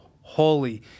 holy